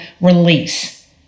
release